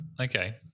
Okay